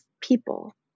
people